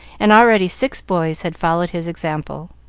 and already six boys had followed his example.